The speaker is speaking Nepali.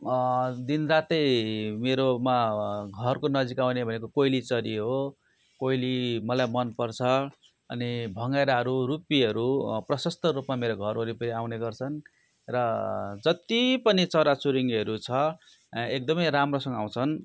दिनरातै मेरोमा घरको नजिक आउने भएको कोइली चरी हो कोइली मलाई मन पर्छ अनि भँगेराहरू रुपीहरू प्रशस्त रूपमा मेरो घर वरिपरि आउने गर्छन् र जति पनि चराचुरुङ्गीहरू छ एकदम राम्रोसँग आउँछन्